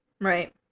Right